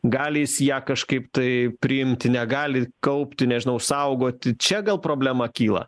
gali jis ją kažkaip tai priimti negali kaupti nežinau saugoti čia gal problema kyla